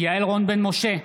יעל רון בן משה,